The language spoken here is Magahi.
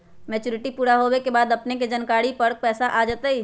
मैच्युरिटी पुरा होवे के बाद अपने के जानकारी देने के बाद खाता पर पैसा आ जतई?